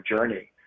journey